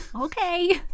Okay